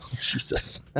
Jesus